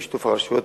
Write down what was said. בשיתוף הרשויות,